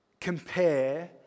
compare